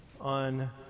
on